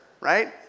right